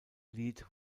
lied